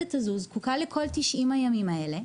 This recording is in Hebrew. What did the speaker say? העובדת הזו זקוקה לכל 90 הימים האלו,